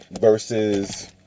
versus